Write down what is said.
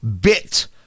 bit